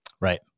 Right